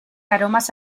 aromas